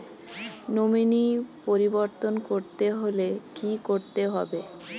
Nominee পরিবর্তন করতে হলে কী করতে হবে?